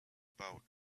about